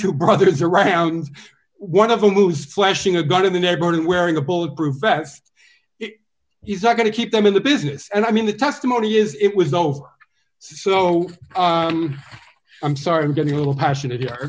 two brothers around one of them who is flashing a gun in the neighborhood and wearing a bulletproof vest he's going to keep them in the business and i mean the testimony is it was over so i'm sorry i'm getting a little passionate here